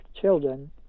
children